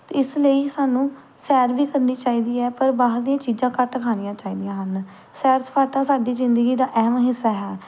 ਅਤੇ ਇਸ ਲਈ ਸਾਨੂੰ ਸੈਰ ਵੀ ਕਰਨੀ ਚਾਹੀਦੀ ਹੈ ਪਰ ਬਾਹਰ ਦੀਆਂ ਚੀਜ਼ਾਂ ਘੱਟ ਖਾਣੀਆਂ ਚਾਹੀਦੀਆਂ ਹਨ ਸੈਰ ਸਪਾਟਾ ਸਾਡੀ ਜ਼ਿੰਦਗੀ ਦਾ ਅਹਿਮ ਹਿੱਸਾ ਹੈ